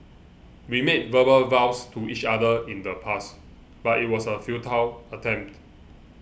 we made verbal vows to each other in the past but it was a futile attempt